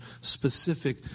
specific